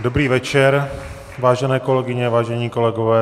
Dobrý večer, vážené kolegyně, vážení kolegové.